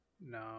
No